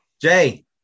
Jay